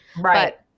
Right